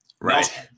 Right